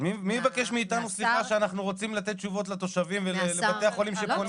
מי יבקש מאתנו אנחנו רוצים לתת תשובות לבתי החולים שפונים אלינו.